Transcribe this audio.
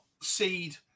seed